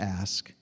ask